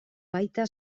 baita